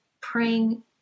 praying